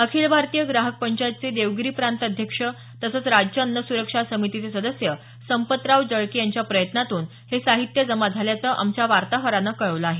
अखिल भारतीय ग्राहक पंचायतचे देवगिरी प्रांत अध्यक्ष तसंच राज्य अन्न सुरक्षा समितीचे सदस्य संपतराव जळके यांच्या प्रयत्नातून हे साहित्य जमा झाल्याचं आमच्या वार्ताहरानं कळवलं आहे